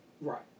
Right